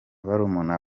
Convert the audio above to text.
barumuna